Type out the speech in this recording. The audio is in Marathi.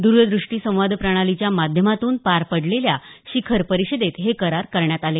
दूरदृष्टीसंवादप्रणालीच्या माध्यमातून पार पडलेल्या शिखर परिषदेत हे करार करण्यात आले